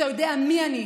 אתה יודע מי אני.